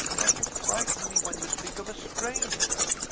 but you frighten me when you speak of a stranger.